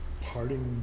parting